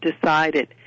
decided